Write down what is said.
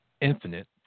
infinite